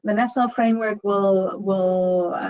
but national framework will will